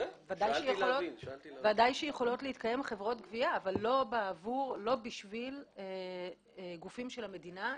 בוודאי שיכולות להתקיים חברות הגבייה אבל לא בשביל גופים של המדינה.